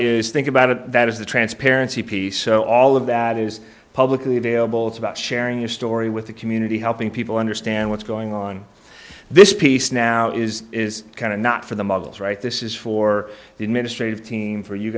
is think about it that is the transparency piece so all of that is publicly available it's about sharing your story with the community helping people understand what's going on this piece now is is kind of not for the models right this is for the administrative team for you